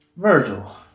Virgil